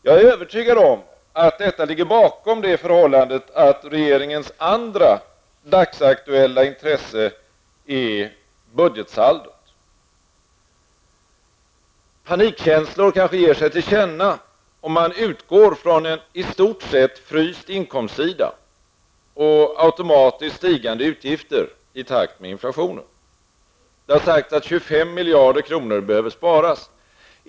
Jag är övertygad om att detta ligger bakom det förhållandet att regeringens andra dagsaktuella intresse är budgetsaldot. Panikkänslor kanske ger sig till känna om man utgår från en i stort sett fryst inkomstsida och automatiskt stigande utgifter i takt med inflationen. Det har sagts att 25 miljarder kronor behöver sparas.